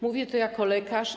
Mówię to jako lekarz.